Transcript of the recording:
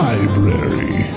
Library